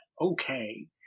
okay